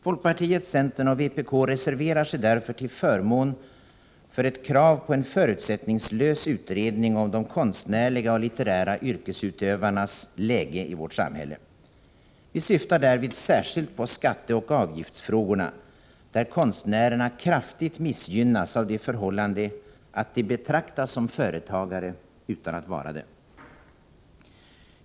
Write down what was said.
Folkpartiet, centern och vpk reserverar sig därför till förmån för ett krav på en förutsättningslös utredning om de konstnärliga och litterära yrkesutövarnas läge i vårt samhälle. Vi syftar därvid särskilt på skatteoch avgiftsfrågorna, där konstnärerna kraftigt missgynnas av det förhållandet att de betraktas som företagare utan att vara det.